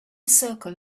circle